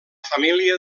família